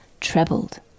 trebled